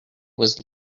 was